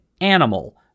animal